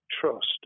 trust